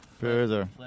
Further